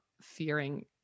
fearing